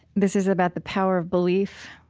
this is about the power of belief